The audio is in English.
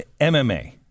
MMA